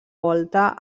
volta